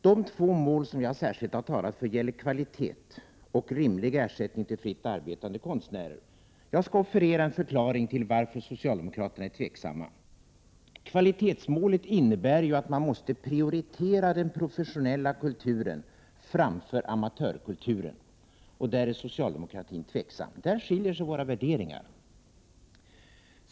De två mål som jag särskilt har framhållit gäller kvalitet och rimlig ersättning till fritt arbetande konstnärer. Jag skall erbjuda en förklaring till varför socialdemokraterna är tveksamma. Kvalitetsmålet innebär ju att man måste prioritera den professionella kulturen framför amatörkulturen, och där är socialdemokratin tveksam. Här skiljer sig våra värderingar.